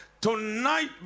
Tonight